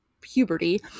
puberty